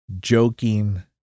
joking